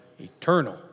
eternal